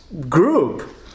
group